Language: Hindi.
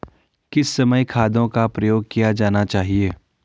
किस समय खादों का प्रयोग किया जाना चाहिए?